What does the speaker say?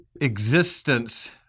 existence